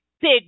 big